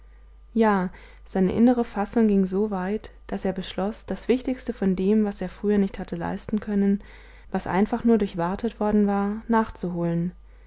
ja seine innere fassung ging so weit daß er beschloß das wichtigste von dem was er früher nicht hatte leisten können was einfach nur durchwartet worden war nachzuholen